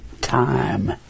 time